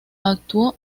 actuó